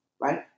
Right